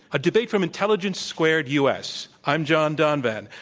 a debate from intelligence squared u. s. i'm john donvan.